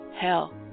Hell